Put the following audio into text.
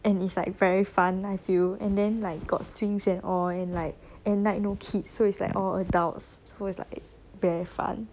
and it's like very fun I feel and then like got swings and all and like and at night no kids so it's like all adults so it's like very fun